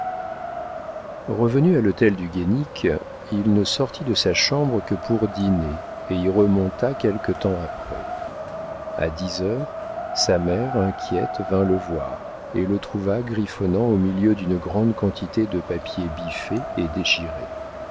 revenu à l'hôtel du guénic il ne sortit de sa chambre que pour dîner et y remonta quelque temps après a dix heures sa mère inquiète vint le voir et le trouva griffonnant au milieu d'une grande quantité de papiers biffés et déchirés